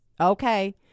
okay